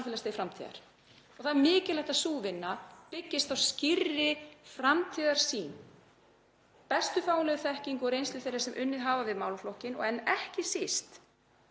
og það er mikilvægt að sú vinna byggist á skýrri framtíðarsýn, bestu fáanlegu þekkingu og reynslu þeirra sem unnið hafa við málaflokkinn en ekki síst